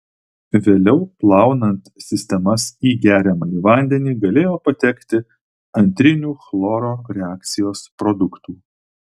vėliau plaunant sistemas į geriamąjį vandenį galėjo patekti antrinių chloro reakcijos produktų